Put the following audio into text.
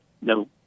No